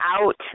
out